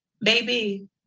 Baby